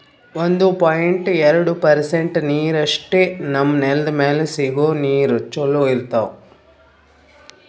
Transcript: ಒಂದು ಪಾಯಿಂಟ್ ಎರಡು ಪರ್ಸೆಂಟ್ ನೀರಷ್ಟೇ ನಮ್ಮ್ ನೆಲ್ದ್ ಮ್ಯಾಲೆ ಸಿಗೋ ನೀರ್ ಚೊಲೋ ಇರ್ತಾವ